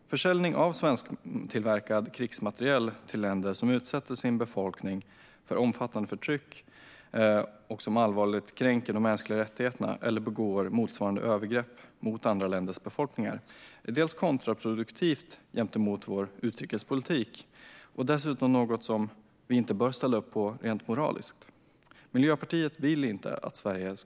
Försäljning av svensktillverkad krigsmateriel till länder som utsätter sin befolkning för omfattande förtryck och som allvarligt kränker de mänskliga rättigheterna eller begår motsvarande övergrepp mot andra länders befolkningar är kontraproduktivt gentemot vår utrikespolitik och dessutom något som vi inte bör ställa upp på rent moraliskt. Miljöpartiet vill inte att Sverige